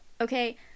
Okay